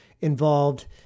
involved